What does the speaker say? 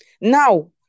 now